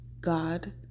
god